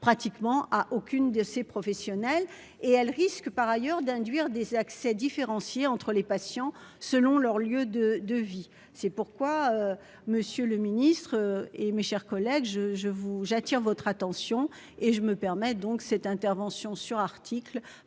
pratiquement à aucune de ces professionnels et elle risque par ailleurs d'induire des accès différenciés entre les patients selon leur lieu de vie. C'est pourquoi, monsieur le Ministre et mes chers collègues je je vous j'attire votre attention et je me permets donc cette intervention sur article